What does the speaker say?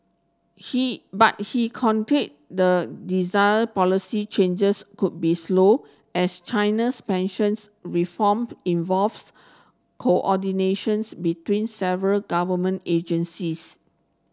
he but he the desired policy changes could be slow as China's pensions reform involves coordination's between several government agencies